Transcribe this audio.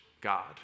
God